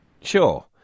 Sure